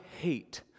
hate